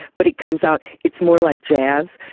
but it comes out, it's more like jazz,